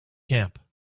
camp